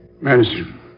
Medicine